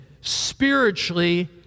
spiritually